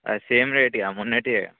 అదే same rate ఇక మొన్నటివే